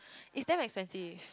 it's damn expensive